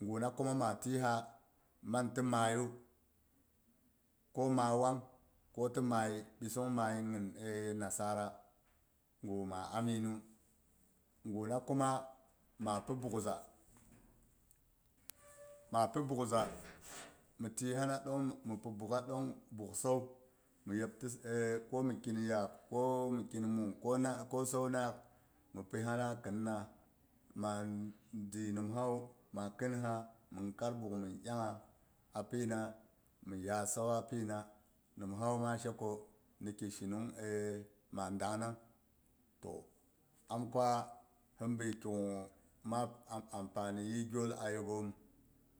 Guna kuma ma pisa mang ti maiyu ko man wang ko ti maiy ɓisung maiy nasara gu ma aminu, gu na kuma ma pi buugh za, napi buugh za mi ti yi hama ɗong mi pi buugh ɗong buugh sau, mi tiyi, hana ɗong mi pi buha ɗong buugh sau mi yepti ko mi kiin yaab, ko mi kiin mung ko naak ko sau naak mi pi hana khinna ma diyi nimsawu wa khin ha min kat buugh min ɗyangha pina mi yad sauwa pina, nimha wu ma sheko ni ko shinung ma dangnang. To am kwa hin bi ki gu mab a amfani yih gyol a yegom